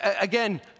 Again